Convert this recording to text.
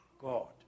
God